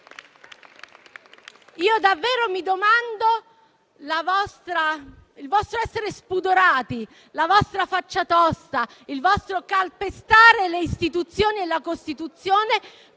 Io davvero mi domando quando il vostro essere spudorati, la vostra faccia tosta e il vostro calpestare le istituzioni e la Costituzione